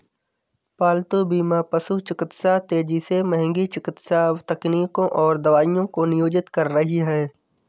पालतू बीमा पशु चिकित्सा तेजी से महंगी चिकित्सा तकनीकों और दवाओं को नियोजित कर रही है